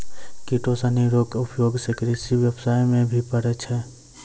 किटो सनी रो उपयोग से कृषि व्यबस्था मे भी पड़ै छै